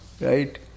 Right